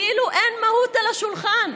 כאילו אין מהות על השולחן.